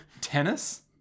Tennis